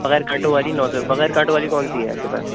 بغیر کانٹوں والی نو سو بغیر کانٹوں والی کون سی ہے آپ کے پاس